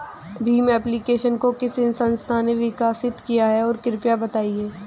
Bhim application को किस संस्था ने विकसित किया है कृपया बताइए?